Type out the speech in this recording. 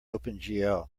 opengl